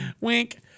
wink